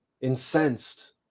incensed